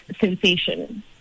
sensation